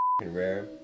rare